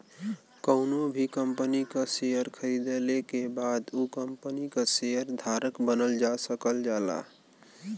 कउनो भी कंपनी क शेयर खरीदले के बाद उ कम्पनी क शेयर धारक बनल जा सकल जाला